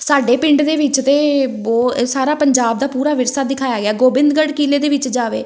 ਸਾਡੇ ਪਿੰਡ ਦੇ ਵਿੱਚ ਤਾਂ ਬੋ ਸਾਰਾ ਪੰਜਾਬ ਦਾ ਪੂਰਾ ਵਿਰਸਾ ਦਿਖਾਇਆ ਗਿਆ ਗੋਬਿੰਦਗੜ੍ਹ ਕਿਲ੍ਹੇ ਦੇ ਵਿੱਚ ਜਾਵੇ